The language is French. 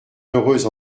heureuse